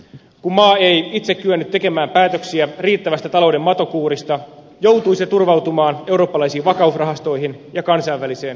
kun maa ei itse kyennyt tekemään päätöksiä riittävästä talouden matokuurista joutui se turvautumaan eurooppalaisiin vakausrahastoihin ja kansainväliseen valuuttarahastoon